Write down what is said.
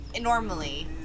Normally